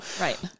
Right